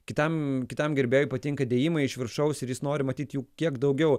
kitam kitam gerbėjui patinka dėjimai iš viršaus ir jis nori matyt jų kiek daugiau